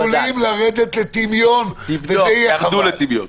עלולים לרדת לטמיון, וזה יהיה חבל.